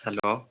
hello